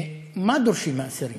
מה דורשים האסירים?